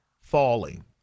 falling